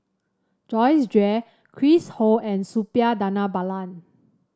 Joyce Jue Chris Ho and Suppiah Dhanabalan